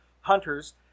hunters